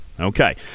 Okay